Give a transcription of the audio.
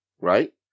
right